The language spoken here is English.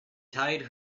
tied